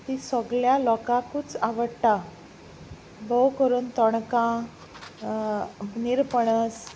तीं सोगल्या लोकांकूच आवडटा भोव करून तोणकां निरपणस